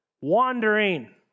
wandering